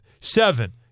Seven